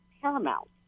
paramount